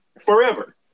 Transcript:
forever